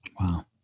Wow